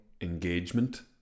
engagement